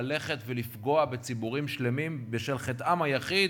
ללכת ולפגוע בציבורים שלמים בשל חטאם היחיד,